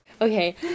Okay